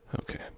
Okay